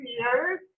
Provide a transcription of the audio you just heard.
years